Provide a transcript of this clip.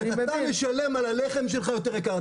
אתה משלם על הלחם שלך יותר יקר.